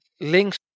links